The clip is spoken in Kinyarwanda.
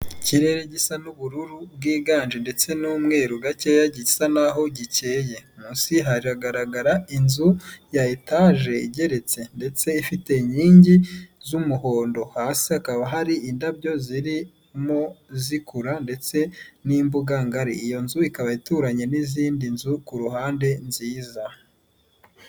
Ikirere gisa n'ubururu bwiganje ndetse n'umweru gakeya gisa n'aho gikeye, munsi haragaragara inzu ya etaje igeretse ndetse ifite inkingi z'umuhondo, hasi hakaba hari indabyo zirimo zikura ndetse n'imbuga ngari, iyo nzu ikaba ituranye n'izindi nzu ku ruhande nziza.